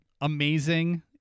amazing